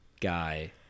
guy